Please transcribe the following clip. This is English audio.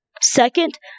second